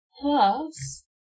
plus